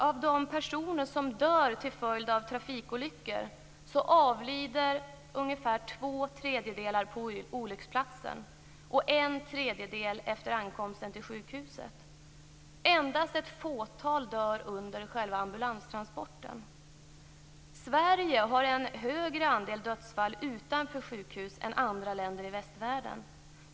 Av de personer som dör till följd av trafikolyckor avlider ungefär 2 3 efter ankomsten till sjukhuset. Endast ett fåtal dör under själva ambulanstransporten. Sverige har en högre andel dödsfall utanför sjukhus än andra länder i västvärlden.